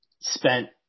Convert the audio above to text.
spent